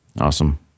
Awesome